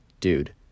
dude